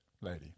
lady